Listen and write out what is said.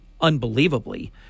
unbelievably